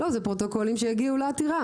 זה פרוטוקולים שיגיעו לעתירה.